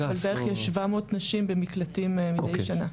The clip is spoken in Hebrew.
אבל בערך יש 700 נשים במקלטים מידי שנה.